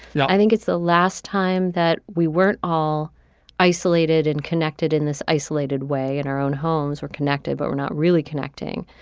yeah i think it's the last time that we weren't all isolated and connected in this isolated way in our own homes or connected but we're not really connecting.